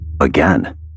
again